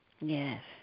Yes